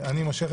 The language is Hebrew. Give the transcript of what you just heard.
היום יום שני,